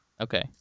Okay